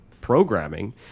programming